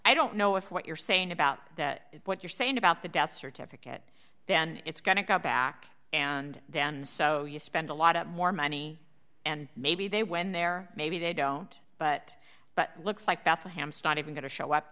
i don't know with what you're saying about that what you're saying about the death certificate then it's going to come back and then so you spend a lot more money and maybe they when they're maybe they don't but but looks like bethleham study even going to show up